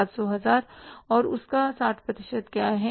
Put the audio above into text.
700 हजार और उसका 60 प्रतिशत क्या है